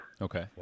Okay